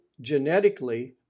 genetically